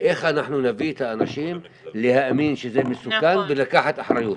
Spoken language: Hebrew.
איך אנחנו נביא את האנשים להאמין שזה מסוכן ולקחת אחריות.